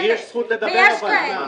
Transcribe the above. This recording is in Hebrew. ויש כאלה.